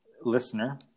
listener